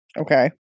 okay